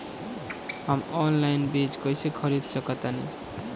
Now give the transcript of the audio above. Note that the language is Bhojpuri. हम ऑनलाइन बीज कईसे खरीद सकतानी?